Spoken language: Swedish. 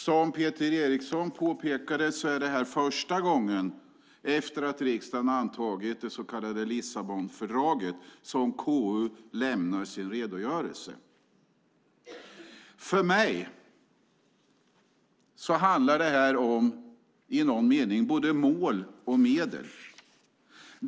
Som Peter Eriksson påpekade är detta första gången efter att riksdagen antog det så kallade Lissabonfördraget som KU lämnar sin redogörelse. För mig handlar detta om både mål och medel.